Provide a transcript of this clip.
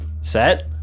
set